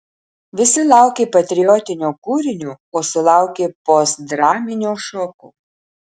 visi laukė patriotinio kūrinio o sulaukė postdraminio šoko